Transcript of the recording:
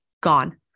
gone